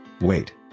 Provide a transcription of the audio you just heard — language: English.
wait